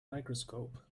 microscope